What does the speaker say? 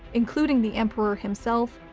including the emperor himself,